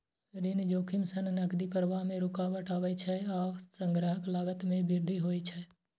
ऋण जोखिम सं नकदी प्रवाह मे रुकावट आबै छै आ संग्रहक लागत मे वृद्धि होइ छै